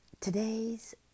Today's